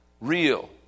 real